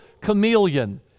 chameleon